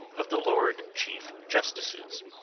of the lord chief justice's,